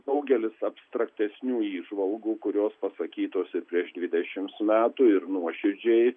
daugelis abstraktesnių įžvalgų kurios pasakytos ir prieš dvidešimts metų ir nuoširdžiai